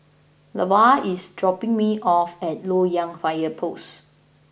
Lavar is dropping me off at Loyang Fire Post